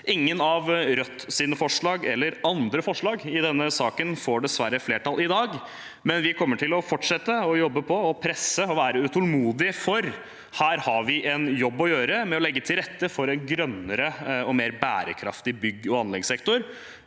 ingen av Rødts forslag eller andre forslag i denne saken som får flertall i dag. Vi kommer til å fortsette å jobbe og presse på og være utålmodige, for her har vi en jobb å gjøre med å legge til rette for en grønnere og mer bærekraftig bygg- og anleggssektor,